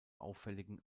auffälligen